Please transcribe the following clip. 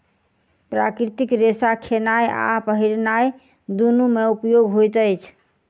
प्राकृतिक रेशा खेनाय आ पहिरनाय दुनू मे उपयोग होइत अछि